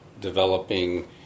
developing